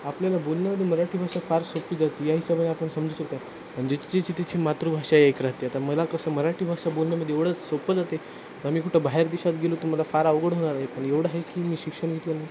आपल्याला बोलण्यामध्ये मराठी भाषा फार सोपी जाते या हिशोबाने आपण समजू शकतो आहे पण ज्या ज्याची तेची मातृभाषा एक राहते आहे आता मला कसं मराठी भाषा बोलण्यामध्ये एवढं सोपं जाते आहे आम्ही कुठं बाहेर देशात गेलो तर मला फार अवघड होणार आहे पण एवढं आहे की मी शिक्षण घेतल्यामुळं